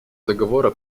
договора